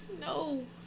No